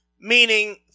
meaning